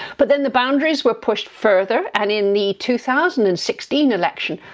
but then the boundaries were pushed further and in the two thousand and sixteen election,